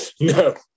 no